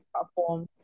platform